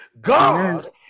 God